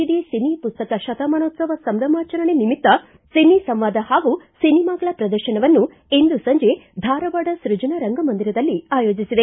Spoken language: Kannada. ಡಿ ಸಿನಿ ಪುಸ್ತಕ ಶಮಾನೋತ್ಸವ ಸಂಭ್ರಮಾಚಣೆ ನಿಮಿತ್ತ ಸಿನಿ ಸಂವಾದ ಹಾಗೂ ಸಿನಿಮಾಗಳ ಪ್ರದರ್ಶನವನ್ನು ಇಂದು ಸಂಜೆ ಧಾರವಾಡ ಸೃಜನಾ ರಂಗ ಮಂದಿರದಲ್ಲಿ ಆಯೋಜಿಸಿದೆ